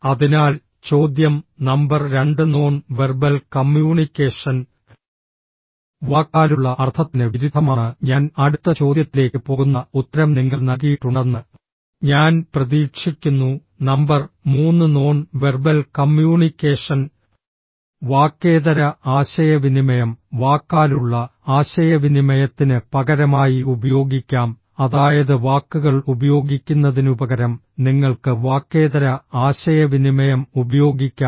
അതിനാൽ ചോദ്യം നമ്പർ രണ്ട് നോൺ വെർബൽ കമ്മ്യൂണിക്കേഷൻ വാക്കാലുള്ള അർത്ഥത്തിന് വിരുദ്ധമാണ് ഞാൻ അടുത്ത ചോദ്യത്തിലേക്ക് പോകുന്ന ഉത്തരം നിങ്ങൾ നൽകിയിട്ടുണ്ടെന്ന് ഞാൻ പ്രതീക്ഷിക്കുന്നു നമ്പർ മൂന്ന് നോൺ വെർബൽ കമ്മ്യൂണിക്കേഷൻ വാക്കേതര ആശയവിനിമയം വാക്കാലുള്ള ആശയവിനിമയത്തിന് പകരമായി ഉപയോഗിക്കാം അതായത് വാക്കുകൾ ഉപയോഗിക്കുന്നതിനുപകരം നിങ്ങൾക്ക് വാക്കേതര ആശയവിനിമയം ഉപയോഗിക്കാം